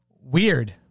Weird